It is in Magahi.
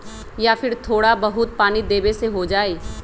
या फिर थोड़ा बहुत पानी देबे से हो जाइ?